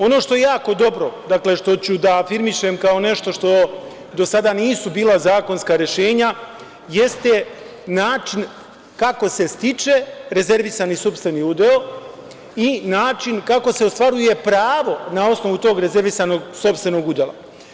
Ono što je jako dobro, što ću da afirmišem kao nešto što do sada nisu bila zakonska rešenja, jeste način kako se stiče rezervisani sopstveni udeo i način kako se ostvaruje pravo na osnovu tog rezervisanog sopstvenog udela.